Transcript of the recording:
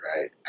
right